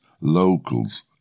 locals